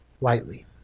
lightly